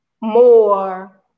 more